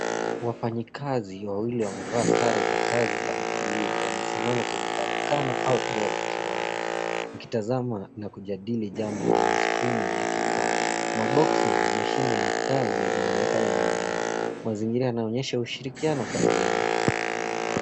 Wafanyikazi wawili wamevaa sare za kazi za buluu. Wamesimama kwenye karakana au eneo la kiwanda wakitazama na kujadili jambo kwenye skirini ya kifaa. Maboksi na mashine ya kazi zinaonekana nyuma yao. Mazingiria yanaonyesha ushirikiano kazini.